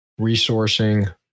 resourcing